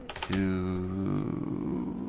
to